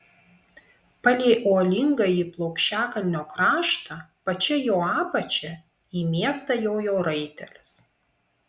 palei uolingąjį plokščiakalnio kraštą pačia jo apačia į miestą jojo raitelis